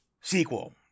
sequel